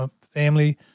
family